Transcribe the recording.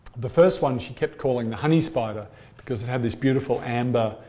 the first one she kept calling the honey spider because it had this beautiful amber,